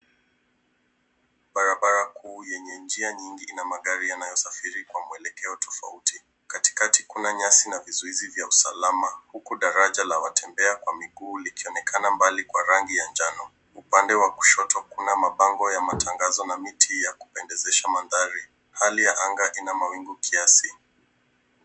Barabara kuu enye njia nyingi ina magari inayosafiri kwa mwelekeo tafauti, katika kuna nyasi na visuhisi vya usalama, huku daraja watembea kwa miguu likionekana mbali kwa rangi ya njano, upande wa kushoto kuna mabango ya matangazo na miti ya kupendeza maandari, hali ya ngaa mawingu kiazi.